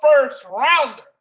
first-rounder